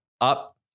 up